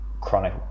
chronic